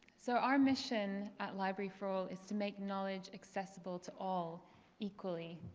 so our mission at library for all is to make knowledge accessible to all equally.